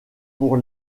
pour